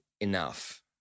enough